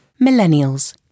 Millennials